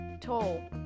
tall